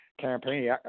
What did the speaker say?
Campaign